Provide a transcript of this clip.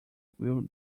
will